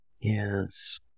yes